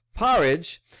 porridge